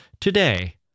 today